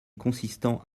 consistant